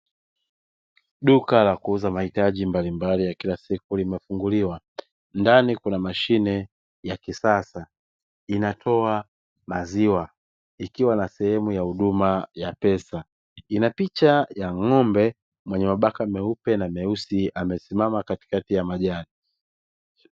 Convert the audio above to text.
Duka la kuuza mahitaji mbalimbali ya kila siku limefunguliwa, ndani kuna mashine ya kisasa inatoa maziwa, ikiwa na sehemu ya huduma ya pesa. Ina picha ya ng'ombe mwenye mabaka meupe na meusi amesimama katikati ya majani.